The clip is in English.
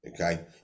okay